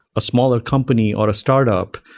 a smaller company or a startup,